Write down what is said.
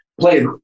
play